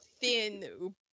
thin